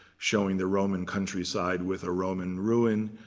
showing the roman countryside with a roman ruin.